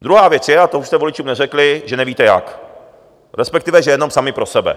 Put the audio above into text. Druhá věc je, a to už jste voličům neřekli, že nevíte jak, respektive že jenom sami pro sebe.